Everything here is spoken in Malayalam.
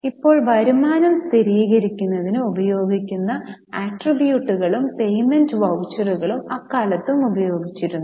ഇപ്പോൾ വരുമാനം സ്ഥിരീകരിക്കുന്നതിന് ഉപയോഗിക്കുന്ന ആട്രിബ്യൂട്ടുകളും പേയ്മെന്റ് വൌച്ചറുകളും അക്കാലത്ത് ഉപയോഗിച്ചിരുന്നു